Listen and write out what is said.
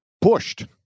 pushed